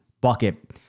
bucket